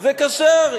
זה כשר.